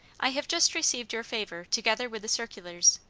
i have just received your favor, together with the circulars.